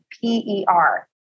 P-E-R